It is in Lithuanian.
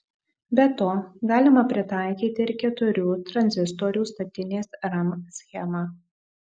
be to galima pritaikyti ir keturių tranzistorių statinės ram schemą